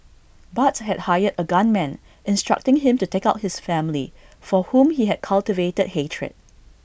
Barts had hired A gunman instructing him to take out his family for whom he had cultivated hatred